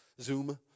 Zoom